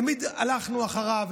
תמיד הלכנו אחריו.